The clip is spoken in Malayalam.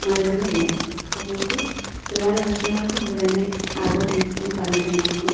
മരുന്നില്ല ഇപ്പം മുൻപ് ഒരുപാട് വർഷങ്ങൾക്കു മുൻപു തന്നെ ആൽബർട്ട് ഐൻസ്റ്റൈൻ പറഞ്ഞിട്ടുണ്ടായിരുന്നു